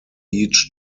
each